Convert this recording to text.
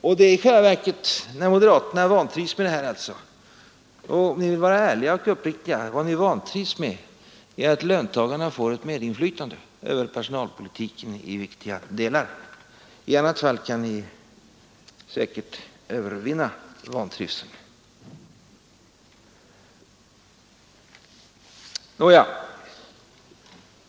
Om ni moderater vill vara ärliga och uppriktiga bör ni erkänna att det ni vantrivs med är att löntagarna får ett medinflytande över personalpolitiken i viktiga delar. I annat fall kan ni säkert övervinna vantrivseln.